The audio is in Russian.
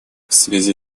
связи